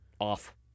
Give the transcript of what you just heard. off